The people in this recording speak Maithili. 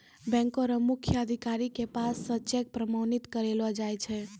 बैंको र मुख्य अधिकारी के पास स चेक प्रमाणित करैलो जाय छै